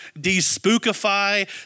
de-spookify